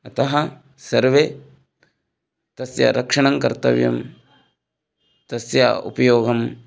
अतः सर्वे तस्य रक्षणं कर्तव्यं तस्य उपयोगं